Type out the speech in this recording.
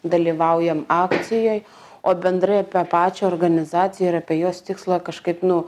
dalyvaujam akcijoje o bendrai apie pačią organizaciją ir apie jos tikslą kažkaip nu